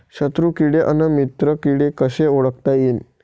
शत्रु किडे अन मित्र किडे कसे ओळखता येईन?